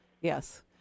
Yes